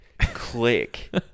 click